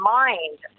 mind